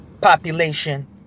population